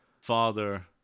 father